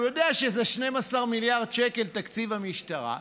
הוא יודע ש-12 מיליארד שקל זה תקציב המשטרה,